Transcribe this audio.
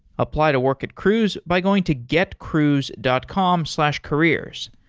apply to work at cruise by going to getcruise dot com slash careers.